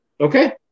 Okay